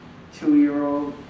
two year old,